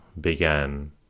began